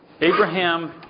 Abraham